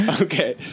Okay